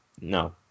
No